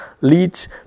leads